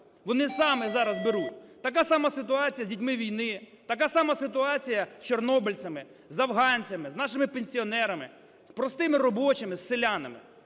Вони самі зараз беруть. Така сама ситуація з дітьми-війни, така сама ситуація з чорнобильцями, з афганцями, з нашими пенсіонерами, з простими робочими, з селянами.